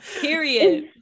Period